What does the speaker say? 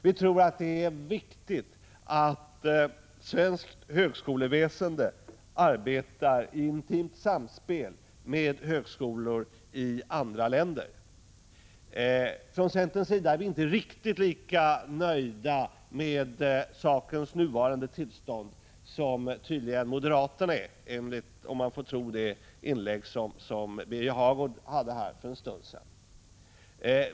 Vi tror att det är viktigt att svenskt högskoleväsende arbetar i intimt samspel med högskolor i andra länder. Från centerns sida är vi inte riktigt lika nöjda med sakernas nuvarande tillstånd som tydligen moderaterna är, om man får tro på vad Birger Hagård sade i sitt inlägg för en stund sedan.